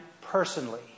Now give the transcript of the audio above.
personally